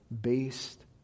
based